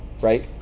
right